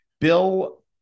Bill